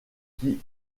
qui